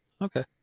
Okay